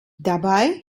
dabei